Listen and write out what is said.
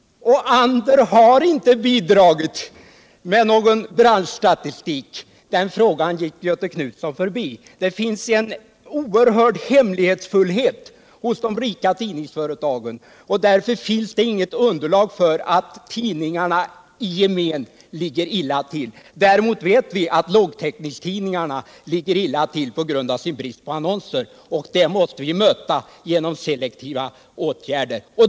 Inte heller har Ander bidragit med någon branschstatistik. Den frågan gick Göthe Knutson förbi. Det finns en oerhörd hemlighetsfullhet hos de rika tidningsföretagen, och därför finns det inget underlag för att tidningarna i gemen skulle ligga illa till. Däremot vet vi att lågtäckningstidningarna ligger illa till på grund av sin brist på annonser, och det måste vi möta genom selektiva åtgärder.